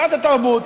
שרת התרבות,